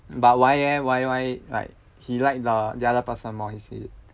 but why eh why why like he like the the other person more is it